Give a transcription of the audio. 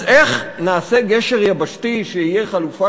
אז איך נעשה גשר יבשתי שיהיה חלופה